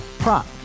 Prop